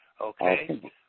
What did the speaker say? okay